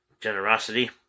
generosity